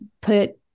put